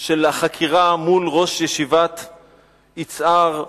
של החקירה מול ראש ישיבת יצהר,